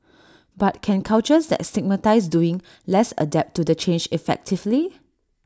but can cultures that stigmatise doing less adapt to the change effectively